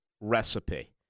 recipe